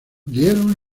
dieron